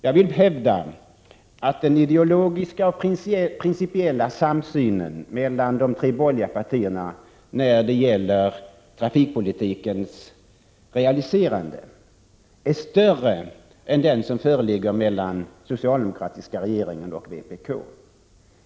Jag vill hävda att den ideologiska och principiella samsynen mellan de tre borgerliga partierna när det gäller trafikpolitikens realiserande är större än den som föreligger mellan den socialdemokratiska regeringen och vpk.